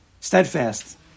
steadfast